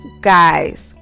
guys